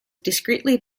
discreetly